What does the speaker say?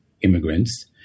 immigrants